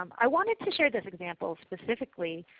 um i wanted to share this example specifically,